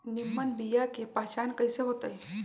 निमन बीया के पहचान कईसे होतई?